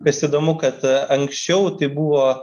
kas įdomu kad anksčiau tai buvo